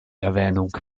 erwähnung